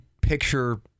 picture